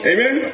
Amen